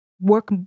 work